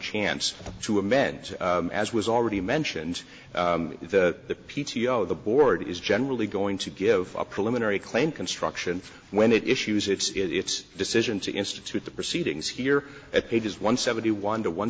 chance to amend as was already mentioned the p t o the board is generally going to give a preliminary claim construction when it issues its decision to institute the proceedings here at pages one seventy one to one